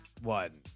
one